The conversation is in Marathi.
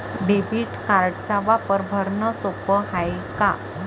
डेबिट कार्डचा वापर भरनं सोप हाय का?